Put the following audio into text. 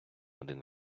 один